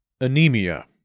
Anemia